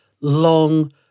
long